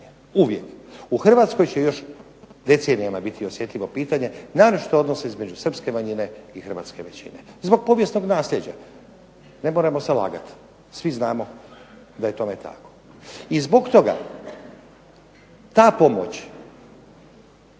uvijek. U Hrvatskoj će još decenijama biti osjetljivo pitanje, naročito odnosa između srpske manjine i hrvatske većine, zbog povijesnog naslijeđa, ne moramo se lagati. Svi znamo da je tome tako. I zbog toga ta pomoć